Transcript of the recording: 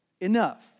enough